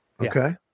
Okay